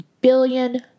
billion